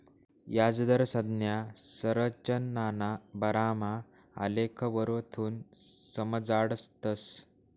याजदर संज्ञा संरचनाना बारामा आलेखवरथून समजाडतस